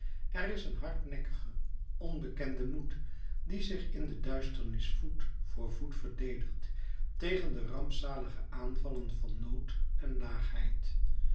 er is een hardnekkige onbekende moed die zich in de duisternis voet voor voet verdedigt tegen de rampzalige aanvallen van nood en